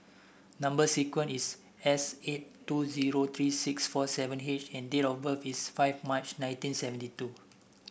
number sequence is S eight two zero three six four seven H and date of birth is five March nineteen seventy two